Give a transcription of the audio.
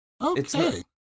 Okay